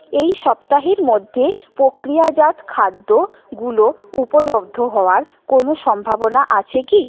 এই সপ্তাহের মধ্যে প্রক্রিয়াজাত খাদ্যগুলো উপলব্ধ হওয়ার কোনো সম্ভাবনা আছে কি